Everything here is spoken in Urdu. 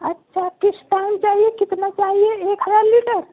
اچھا کس ٹائم چاہیے کتنا چاہیے ایک ہزار لیٹر